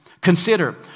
Consider